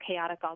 chaotic